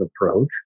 approach